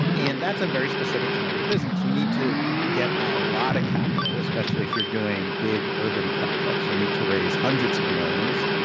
and that's a very specific kind of business. you need to get a lot of capital, especially if you're doing big, urban projects. you need to raise hundreds of millions,